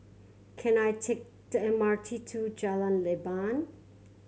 can I take the M R T to Jalan Leban